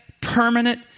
Permanent